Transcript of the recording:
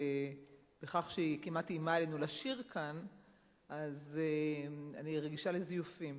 בכך שהיא כמעט איימה עלינו לשיר כאן אז אני רגישה לזיופים.